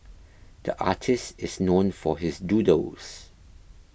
the artist is known for his doodles